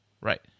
Right